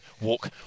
walk